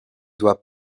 doit